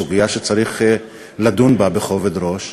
סוגיה שצריך לדון בה בכובד ראש,